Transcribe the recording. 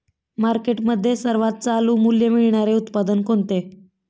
मार्केटमध्ये सर्वात चालू मूल्य मिळणारे उत्पादन कोणते?